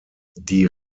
die